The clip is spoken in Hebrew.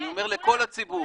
אני אומר לכל הציבור,